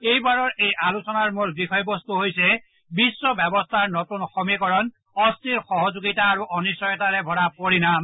এইবাৰৰ এই আলোচনাৰ মূল বিষয়বস্তু হৈছে বিশ্ব ব্যৱস্থাৰ নতুন সমীকৰণ অস্থিৰ সহযোগিতা আৰু অনিশ্চয়তাৰে ভৰা পৰিনাম